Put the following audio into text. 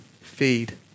feed